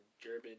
German